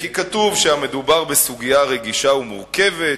כי כתוב: המדובר בסוגיה רגישה ומורכבת,